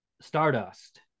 Stardust